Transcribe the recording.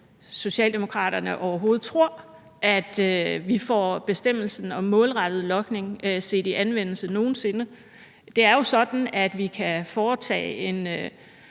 Socialdemokraterne overhovedet tror, at vi får bestemmelsen om målrettet logning set i anvendelse nogen sinde. Det er jo sådan, at vi kan foretage en